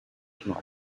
ignore